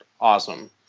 awesome